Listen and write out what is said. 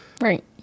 Right